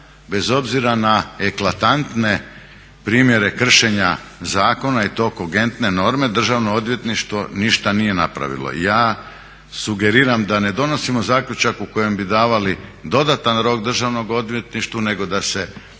bez obzira na eklatantne primjere kršenja zakona i to kogentne norme Državno odvjetništvo ništa nije napravilo. Ja sugeriram da ne donosimo zaključak u kojem bi davali dodatan rok Državnom odvjetništvu, nego da se pita